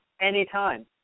anytime